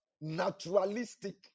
Naturalistic